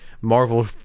Marvel